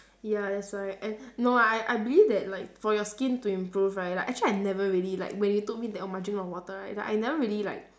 ya that's why and no I I believe that like for your skin to improve right like actually I never really like when you told me that margin of water right that I never really like